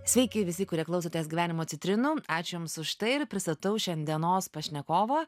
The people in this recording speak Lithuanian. sveiki visi kurie klausotės gyvenimo citrinų ačiū jums už tai ir pristatau šiandienos pašnekovą